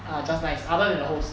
ah just nice other than the host